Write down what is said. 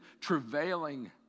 travailing